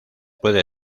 puede